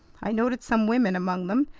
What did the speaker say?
i noted some women among them,